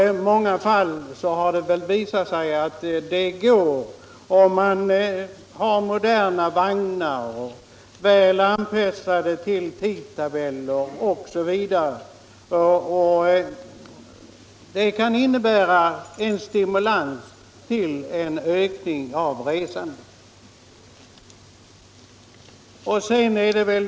I många fall har det också visat sig att moderna vagnar, väl anpassade till tidtabeller osv. kan innebära stimulans till ökning av resandet.